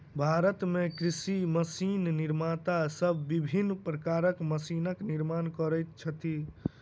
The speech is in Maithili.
भारत मे कृषि मशीन निर्माता सब विभिन्न प्रकारक मशीनक निर्माण करैत छथि